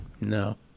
No